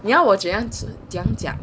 你要我怎样怎样讲